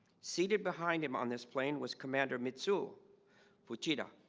seated behind him on this plane was commander mitsu fujita